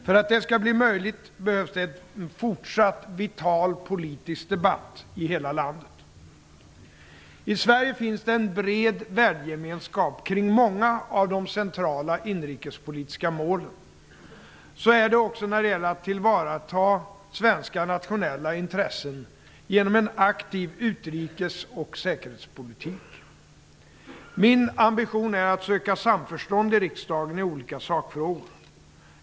För att det skall bli möjligt behövs det en fortsatt vital politisk debatt i hela landet. I Sverige finns det en bred värdegemenskap kring många av de centrala inrikespolitiska målen. Så är det också när det gäller att tillvarata svenska nationella intressen genom en aktiv utrikes och säkerhetspolitik. Min ambition är att söka samförstånd i riksdagen i olika sakfrågor.